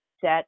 set